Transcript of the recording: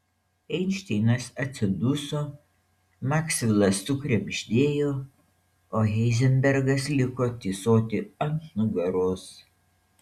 einšteinas atsiduso maksvelas sukrebždėjo o heizenbergas liko tysoti ant nugaros